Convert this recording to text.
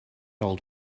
old